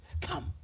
Come